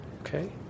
okay